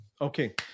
Okay